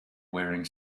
wearing